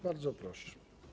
Bardzo proszę.